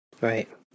Right